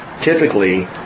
typically